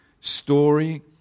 story